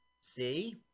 See